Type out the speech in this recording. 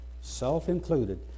self-included